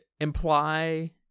imply